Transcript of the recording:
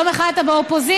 יום אחד אתה באופוזיציה.